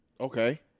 Okay